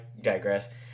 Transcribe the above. digress